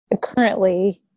Currently –